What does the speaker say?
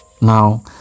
now